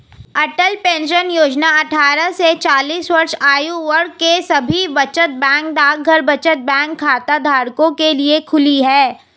अटल pension Yojana अट्ठारह से चालीस वर्ष आयु वर्ग के सभी बचत बैंक डाकघर बचत बैंक खाताधारकों के लिए खुली है